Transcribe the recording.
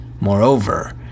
Moreover